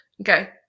Okay